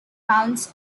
counts